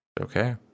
okay